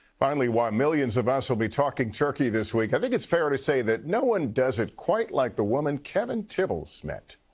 finally, while millions of us will be talking turkey this week, i think it's fair to say that no one does it quite like the woman kevin tibbles met.